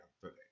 today